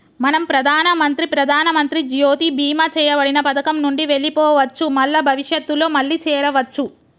మనం ప్రధానమంత్రి ప్రధానమంత్రి జ్యోతి బీమా చేయబడిన పథకం నుండి వెళ్లిపోవచ్చు మల్ల భవిష్యత్తులో మళ్లీ చేరవచ్చు